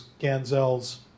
Ganzel's